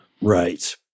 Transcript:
Right